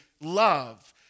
love